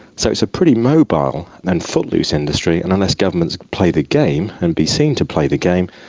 so it's a pretty mobile and footloose industry, and unless governments play the game and be seen to play the game,